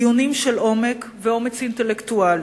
דיונים של עומק ואומץ אינטלקטואלי,